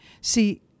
See